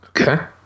Okay